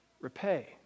repay